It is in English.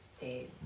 days